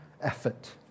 effort